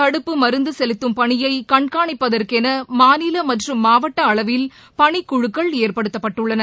தடுப்பு மருந்து செலுத்தும் பணியை கண்காணிப்பதற்கென மாநில மற்றும் மாவட்ட அளவில் பணிக்குழுக்கள் ஏற்படுத்தப்பட்டுள்ளன